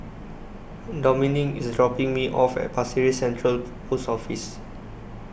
Dominik IS dropping Me off At Pasir Ris Central Post Office